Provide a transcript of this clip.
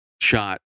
shot